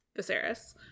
Viserys